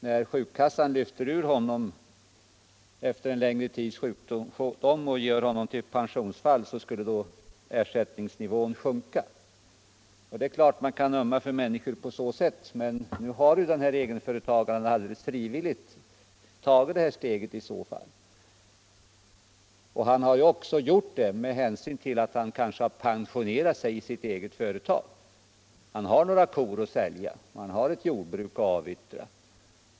När sjukkassan lyfter ut honom ur sjukförsäkringen efter en längre tids sjukdom och gör honom till pensionsfall, skulle ersättningsnivån sjunka. Det är klart att man kan ömma för människor i en sådan situation, men den här egenföretagaren har alldeles frivilligt begärt detta undantagande, och det har han gjort med hänsyn till att han kanske har ”pensionsförsäkrat” sig i sitt eget företag. Han har några kor att sälja och han har ett jordbruk att avyttra.